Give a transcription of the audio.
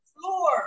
floor